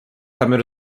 samym